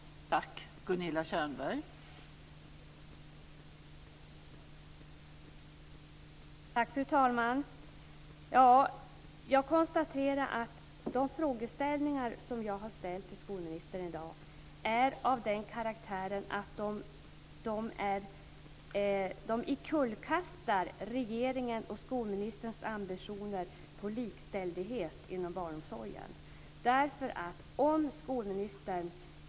Tack!